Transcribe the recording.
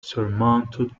surmounted